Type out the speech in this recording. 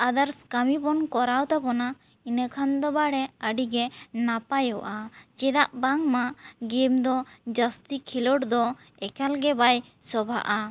ᱟᱫᱟᱨᱥ ᱠᱟᱹᱢᱤ ᱵᱚᱱ ᱠᱚᱨᱟᱣ ᱛᱟᱵᱚᱱᱟ ᱤᱱᱟᱹ ᱠᱷᱟᱱ ᱫᱚ ᱵᱟᱲᱮ ᱟᱹᱰᱤᱜᱮ ᱱᱟᱯᱟᱭᱚᱜᱼᱟ ᱪᱮᱫᱟᱜ ᱵᱟᱝ ᱢᱟ ᱜᱮᱢ ᱫᱚ ᱡᱟᱹᱥᱛᱤ ᱠᱷᱮᱞᱳᱰ ᱫᱚ ᱮᱠᱟᱞ ᱜᱮ ᱵᱟᱭ ᱥᱚᱵᱷᱟᱜᱼᱟ